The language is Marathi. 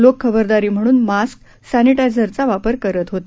लोक खबरदारी म्हणून मास्क सर्निटायझरचा वापर करत होते